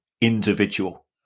individual